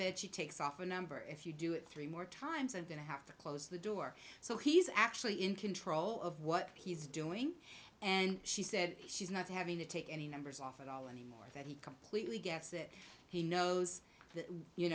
bed she takes off a number if you do it three more times and then i have to close the door so he's actually in control of what he's doing and she said she's not having to take any numbers off at all anymore and he completely gets it he knows that you